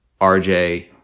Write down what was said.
RJ